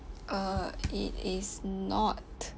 uh it is not